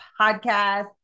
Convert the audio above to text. podcast